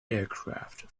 aircraft